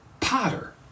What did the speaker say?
potter